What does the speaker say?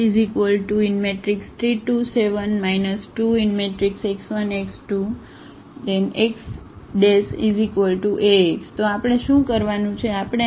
તેથી x1 x2 3 2 7 2 x1 x2 ⟹xAx તો આપણે શું કરવાનું છે